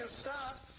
stop